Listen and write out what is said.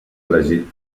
elegit